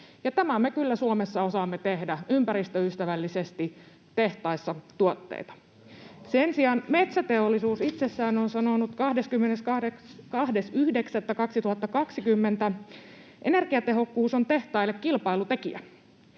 tämän me kyllä Suomessa osaamme tehdä: tehtaissa tuotteita ympäristöystävällisesti. Sen sijaan Metsäteollisuus itsessään on sanonut 22.9.2020: ”Energiatehokkuus on tehtaille kilpailutekijä.”